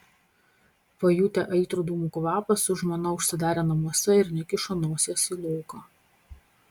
pajutę aitrų dūmų kvapą su žmona užsidarė namuose ir nekišo nosies į lauką